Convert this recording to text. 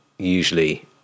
usually